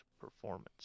performance